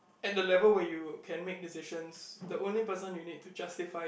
at the level where you can make decisions the only person you need to justified